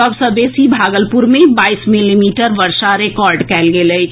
सभ सॅ बेसी भागलपुर मे बाईस मिलीमीटर वर्षा रिकार्ड कएल गेल अछि